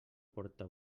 porta